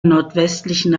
nordwestlichen